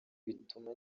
bituma